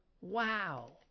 Wow